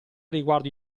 riguardo